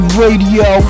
radio